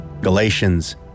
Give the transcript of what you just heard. Galatians